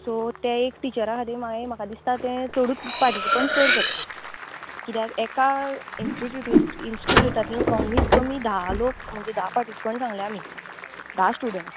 so तें एक टिचरा खातीर मागीर म्हाका दिसता ते चडूच पाटिसिपंट्स चड जात्ले किद्याक एका इंस्टिट्युटून इंस्टिट्युतातल्यान कमीत कमी धा लोग म्हणजे धा पाटिसिपंट्स सांगल्या आमी धा स्टुडण